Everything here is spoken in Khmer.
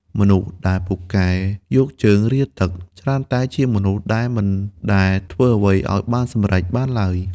មនុស្សដែលពូកែយកជើងរាទឹក ច្រើនតែជាមនុស្សដែលមិនដែលធ្វើអ្វីឱ្យសម្រេចបានឡើយ។